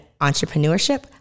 entrepreneurship